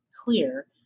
clear